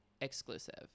Exclusive